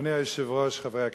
אדוני היושב-ראש, חברי הכנסת,